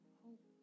hope